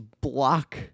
block